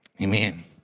Amen